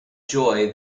joy